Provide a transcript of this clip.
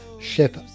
ship